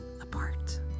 apart